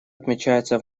отмечается